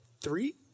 three